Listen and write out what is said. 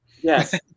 Yes